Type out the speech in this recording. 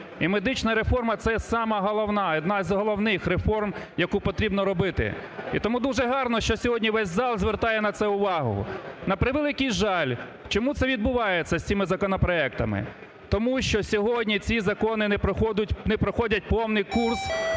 І медична реформа – це сама головна, одна із головних реформ, яку потрібно робити. І тому дуже гарно, що сьогодні весь зал звертає на це увагу. На превеликий жал, чому це відбувається з цими законопроектами? Тому що сьогодні ці закони не проходять повний курс